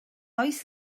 oes